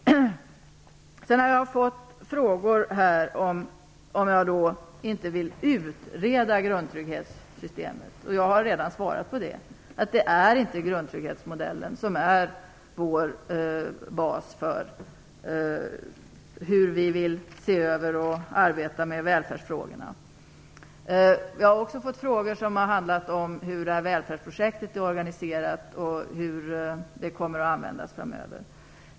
Jag har fått frågor om jag inte vill utreda grundtrygghetssystemet. Jag har redan svarat på det. Det är inte grundtrygghetsmodellen som är vår bas för hur vi vill se över och arbeta med välfärdsfrågorna. Jag har också fått frågor som har handlat om hur välfärdsprojektet är organiserat och hur det kommer att användas framöver.